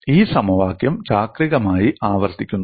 ഈ സമവാക്യം ചാക്രികമായി ആവർത്തിക്കുന്നു